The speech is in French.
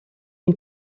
une